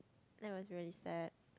that was really sad